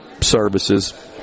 services